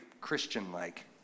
Christian-like